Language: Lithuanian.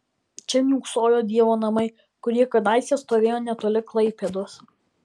čia niūksojo dievo namai kurie kadaise stovėjo netoli klaipėdos